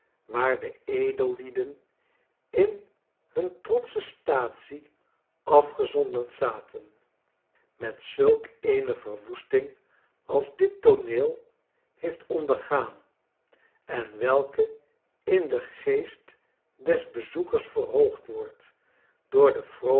waar de edellieden in hun trotsche staatsie afgezonderd zaten met zulk eene verwoesting als dit tooneel heeft ondergaan en welke in den geest des bezoefers verhoogd wordt door de